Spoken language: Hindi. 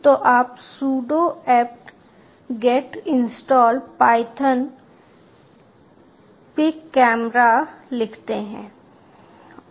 तो आप sudo apt get install python picamera लिखते हैं